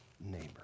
neighbor